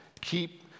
Keep